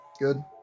Good